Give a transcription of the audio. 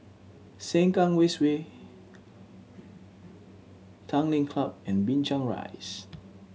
Sengkang West Way Tanglin Club and Binchang Rise